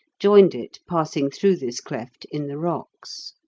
joined it passing through this cleft in the rocks.